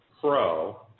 Pro